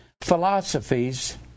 philosophies